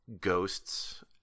ghosts